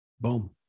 Boom